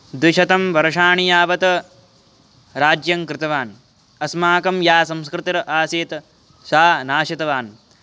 द्विशतं वर्षाणि यावत् राज्यङ्कृतवान् अस्माकं या संस्कृतिः आसीत् सः नाशितवान्